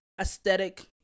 aesthetic